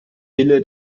wille